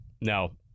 no